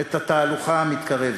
את התהלוכה המתקרבת.